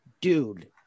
dude